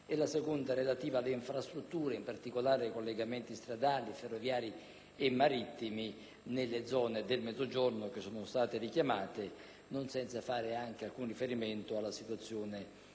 la seconda relativa alle infrastrutture, in particolare ai collegamenti stradali, ferroviari e marittimi nelle zone del Mezzogiorno, che sono state richiamate, non senza far riferimento anche alla situazione